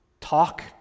talk